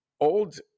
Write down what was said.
old